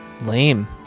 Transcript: Lame